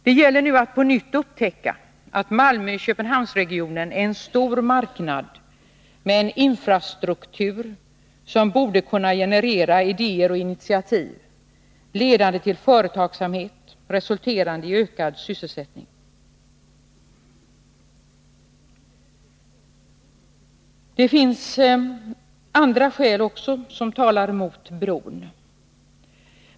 Det gäller nu att på nytt upptäcka att Malmö-Köpenhamnregionen är en stor marknad med en infrastruktur som borde kunna generera idéer och initiativ, ledande till företagsamhet och resulterande i ökad sysselsättning. Det finns också andra skäl som talar mot bron.